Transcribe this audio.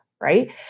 right